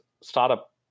startup